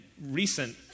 recent